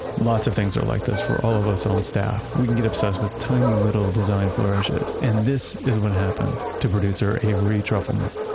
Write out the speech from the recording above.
lots of things are like this for all of us on staff. we can get obsessed with tiny little design flourishes, and this is what happened to producer avery trufelman.